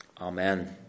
Amen